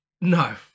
no